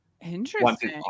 interesting